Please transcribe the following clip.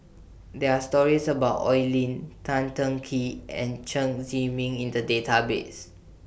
There Are stories about Oi Lin Tan Teng Kee and Chen Zhiming in The Database